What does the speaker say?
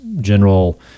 general